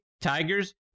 Tigers